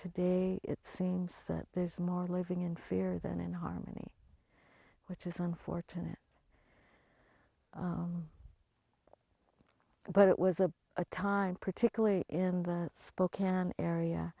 today it seems that there's more living in fear than in harmony which is unfortunate but it was a time particularly in the spokane area